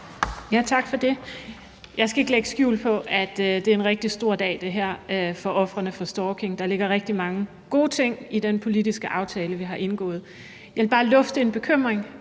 Tak for det. Jeg skal ikke lægge skjul på, at det her er en rigtig stor dag for ofrene for stalking. Der ligger rigtig mange gode ting i den politiske aftale, vi har indgået. Jeg vil bare lufte en bekymring,